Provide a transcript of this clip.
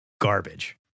garbage